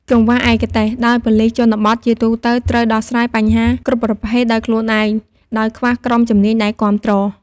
កង្វះឯកទេស ដោយប៉ូលិសជនបទជាទូទៅត្រូវដោះស្រាយបញ្ហាគ្រប់ប្រភេទដោយខ្លួនឯង ដោយខ្វះក្រុមជំនាញដែលគាំទ្រ។